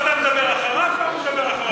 פעם אתה מדבר אחריו, פעם הוא מדבר אחריך.